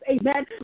Amen